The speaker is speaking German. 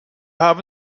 haben